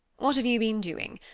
what have you been doing?